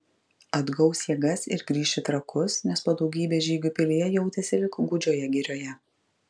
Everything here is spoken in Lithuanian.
atgaus jėgas ir grįš į trakus nes po daugybės žygių pilyje jautėsi lyg gūdžioje girioje